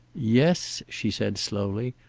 yes, she said slowly.